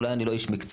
אולי אני לא איש מקצוע,